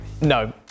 No